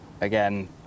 Again